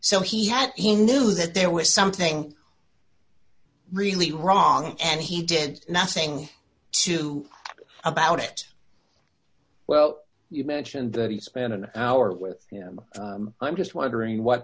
so he had he knew that there was something really wrong and he did nothing to him about it well you mentioned that he spent an hour with him i'm just wondering what